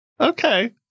Okay